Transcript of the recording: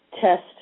test